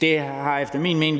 Det har efter min mening